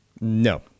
No